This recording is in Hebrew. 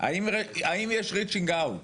האם יש "ריצ'ינג אאוט"